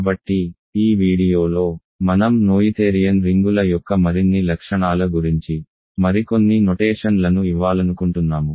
కాబట్టి ఈ వీడియోలో మనం నోయిథేరియన్ రింగుల యొక్క మరిన్ని లక్షణాల గురించి మరికొన్ని నొటేషన్ లను ఇవ్వాలనుకుంటున్నాము